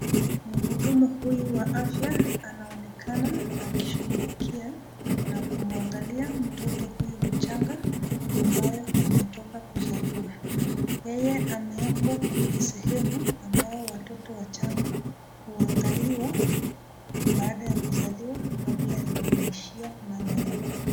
Mhudumu huyu wa afya, anaonekana akishughulikia na kumwangalia mtoto huyu mchanga ambaye ametoka kuzaliwa. Yeye ameekwa kwenye sehemu ambao watoto wachanga huangaliwa baada yakuzaliwa , kabla ya kurudishia mama yao.